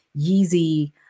Yeezy